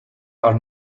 are